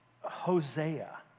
Hosea